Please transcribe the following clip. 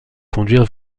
conduire